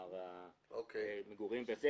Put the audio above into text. כלומר המגורים.